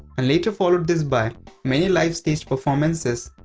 and later followed this by many live stage performances.